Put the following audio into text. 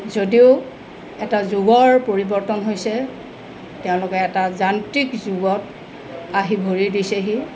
যদিও এটা যুগৰ পৰিৱৰ্তন হৈছে তেওঁলোকে এটা যান্ত্ৰিক যুগত আহি ভৰি দিছেহি